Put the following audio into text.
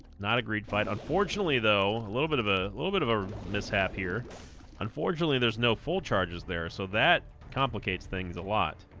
not a great fight unfortunately though a little bit of a little bit of a mishap here unfortunately there's no full charges there so that complicates things a lot